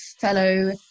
fellow